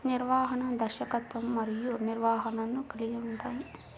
నిర్వహణ, దర్శకత్వం మరియు నిర్వహణను కలిగి ఉంటాయి